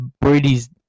Brady's